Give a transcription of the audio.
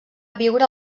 viure